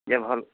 ଯିଏ ଭଲ